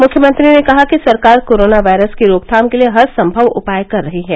मुख्यमंत्री ने कहा कि सरकार कोरोना वायरस की रोकथाम के लिए हरसंभव उपाय कर रही है